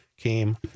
came